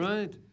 Right